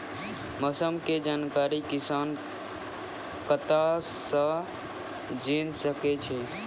मौसम के जानकारी किसान कता सं जेन सके छै?